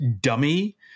dummy